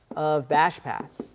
of bash path